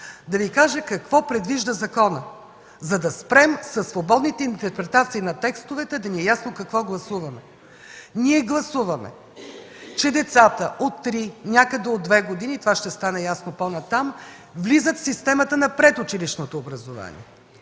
да Ви кажа какво предвижда законът, за да спрем със свободните интерпретации на текстовете и да ни е ясно какво гласуваме. Ние гласуваме, че децата от 3 години, някъде от 2 години, това ще стане ясно по-натам, влизат в системата на предучилищното образование.